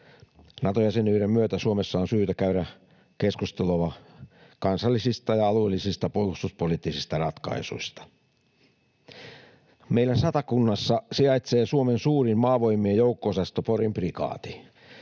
Nato-jäsenyyden myötä Suomessa on syytä käydä keskustelua kansallisista ja alueellisista puolustuspoliittisista ratkaisuista. Meillä Satakunnassa sijaitsee Suomen suurin maavoimien joukko-osasto Porin prikaati,